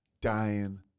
dying